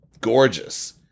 gorgeous